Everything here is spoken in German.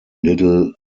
little